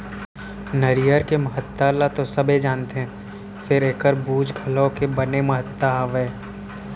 नरियर के महत्ता ल तो सबे जानथें फेर एकर बूच घलौ के बने महत्ता हावय